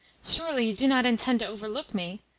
surely you do not intend to overlook me?